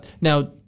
Now